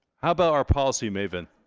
how about our policy maven?